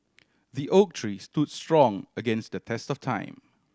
the oak tree stood strong against the test of time